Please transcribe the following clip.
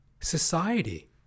society